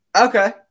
Okay